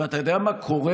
ואתה יודע מה קורה?